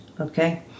okay